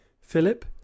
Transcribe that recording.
philip